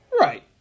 Right